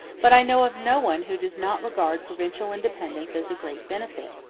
but i know of no one who does not regard provincial independence as a great benefit.